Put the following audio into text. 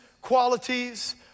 qualities